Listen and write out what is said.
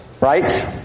Right